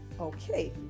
Okay